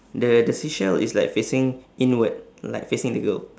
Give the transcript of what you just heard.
the the seashell is like facing inward like facing the girl